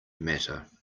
matter